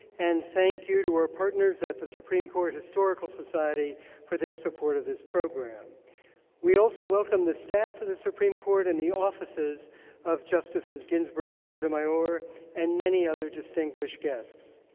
and thank you to our partners at the supreme court historical s so ociety for their support of this program we also welcome the staff of the supreme court and the offices of justice's ginsberg and sotomayor and many other distinguished guests